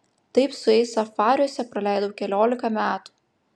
taip su jais safariuose praleidau keliolika metų